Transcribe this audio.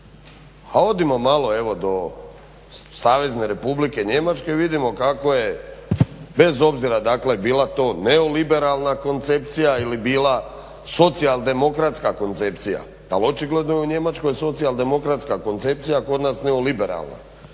A odimo malo evo do Savezne republike Njemačke vidimo kako je bez obzira dakle bila to neoliberalna koncepcija ili bila socijaldemokratska koncepcija, ali očigledno je u Njemačkoj socijaldemokratska koncepcija, a kod nas neoliberalna.